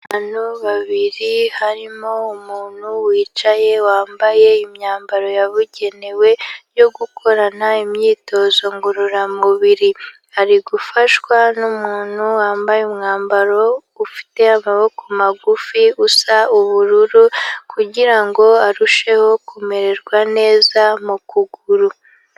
Abantu babiri harimo umuntu wicaye wambaye imyambaro yabugenewe yo gukorana imyitozo ngororamubiri, ari gufashwa n'umuntu wambaye umwambaro ufite amaboko magufi usa ubururu, kugira ngo arusheho kumererwa neza mu kuguru.